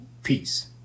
Peace